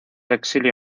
exilio